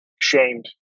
shamed